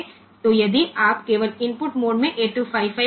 तो यदि आप केवल इनपुट मोड में 8255 काम करना चाहते हैं